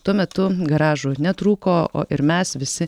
tuo metu garažų netrūko o ir mes visi